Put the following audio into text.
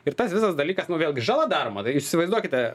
ir tas visas dalykas nu vėlgi žala daroma tai jūs įsivaizduokite